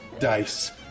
dice